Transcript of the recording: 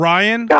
Ryan